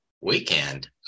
weekend